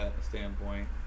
standpoint